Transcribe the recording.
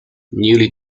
newly